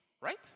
Right